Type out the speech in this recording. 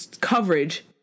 coverage